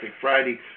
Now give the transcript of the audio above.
Friday